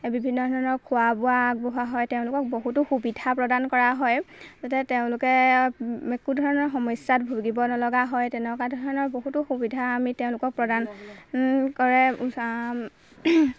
বিভিন্ন ধৰণৰ খোৱা বোৱা আগবঢ়োৱা হয় তেওঁলোকক বহুতো সুবিধা প্ৰদান কৰা হয় যাতে তেওঁলোকে একো ধৰণৰ সমস্যাত ভুগিব নলগা হয় তেনেকুৱা ধৰণৰ বহুতো সুবিধা আমি তেওঁলোকক প্ৰদান কৰে